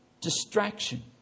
Distraction